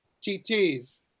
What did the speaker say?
T-T's